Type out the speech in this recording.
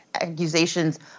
accusations